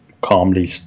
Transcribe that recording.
calmly